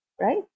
right